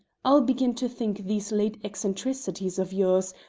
i'll begin to think these late eccentricities of yours,